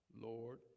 Lord